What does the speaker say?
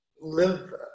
live